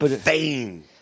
fame